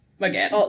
Again